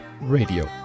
Radio